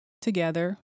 together